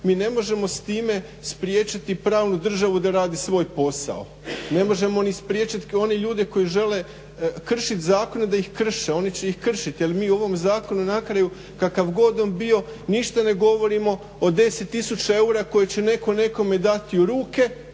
mi ne možemo s time spriječiti pravnu državu da radi svoj posao. Ne možemo ni spriječit one ljude koji žele kršit zakone da ih krše, oni će ih kršiti jer mi u ovom zakonu na kraju kakav god on bio ništa ne govorimo o 10 tisuća eura koje će netko nekome dati u ruke